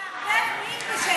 אתה מערבב מין בשאינו מינו.